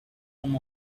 room